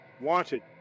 wanted